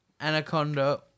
Anaconda